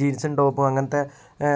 ജീൻസും ടോപ്പും അങ്ങനത്തെ